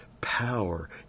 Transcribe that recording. power